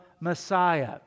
Messiah